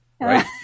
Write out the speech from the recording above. right